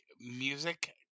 music